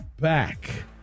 back